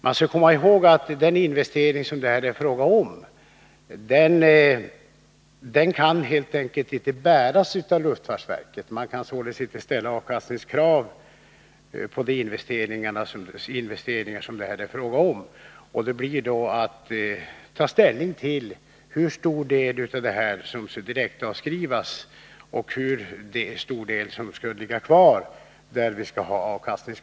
Man måste komma ihåg att den investering det här är fråga om helt enkelt inte kan bäras av luftfartsverket. Man kan således inte ställa avkastningskrav för hela investeringen, utan man får ta ställning till hur stor del av den som skall direktavskrivas och hur stor del som skall ligga kvar på luftfartsverket med krav på avkastning.